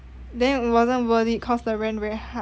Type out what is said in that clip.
then it wasn't worth it cause the rent very high